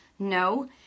No